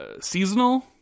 seasonal